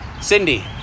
Cindy